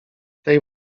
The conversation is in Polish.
tej